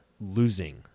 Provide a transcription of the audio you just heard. losing